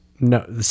No